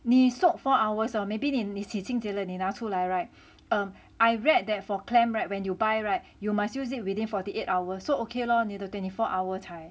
你 soak four hours lor maybe 你你洗清洁了你拿出来 [right] err I read that for clam [right] when you buy [right] you must use it within forty eight hours so okay lor 你的 twenty four hour 才